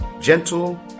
gentle